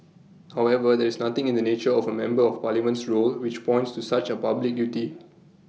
however there is nothing in the nature of A member of Parliament's role which points to such A public duty